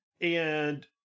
And-